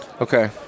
okay